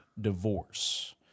divorce